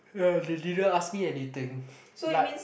uh ya they didn't ask me anything like